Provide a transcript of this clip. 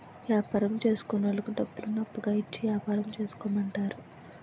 యాపారం చేసుకున్నోళ్లకు డబ్బులను అప్పుగా ఇచ్చి యాపారం చేసుకోమంటారు